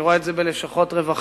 אני רואה את זה בלשכות רווחה,